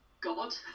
God